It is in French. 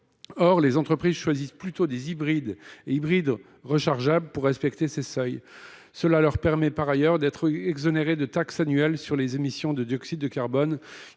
Or les entreprises choisissent plutôt des hybrides et des hybrides rechargeables pour respecter ces seuils. Cela leur permet, par ailleurs, d’être exonérées de la taxe annuelle sur les émissions de dioxyde de carbone,